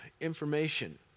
information